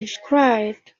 described